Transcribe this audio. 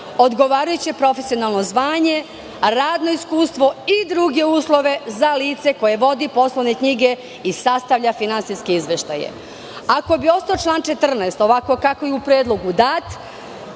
odgovarajuće profesionalno zvanje, radno iskustvo i druge uslove za lice koje vodi poslovne knjige i sastavlja finansijske izveštaje". Ako bi ostao član 14, ovako kako je u predlogu dat,